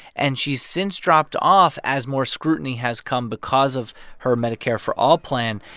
and she's since dropped off as more scrutiny has come because of her medicare for all plan.